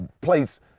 place